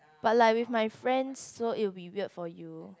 but like with my friends so it'll be weird for you